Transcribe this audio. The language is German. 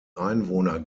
einwohner